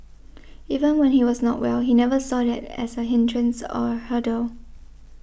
even when he was not well he never saw that as a hindrance or a hurdle